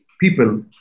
people